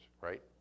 right